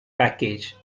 package